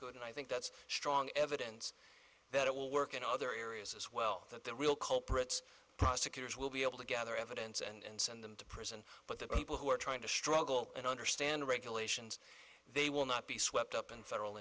code and i think that's strong evidence that it will work in other areas as well that the real culprits prosecutors will be able to gather evidence and send them to prison but the people who are trying to struggle and understand regulations they will not be swept up in federal